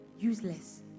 useless